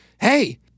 hey